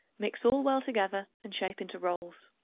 mix all well together and shape into rolls.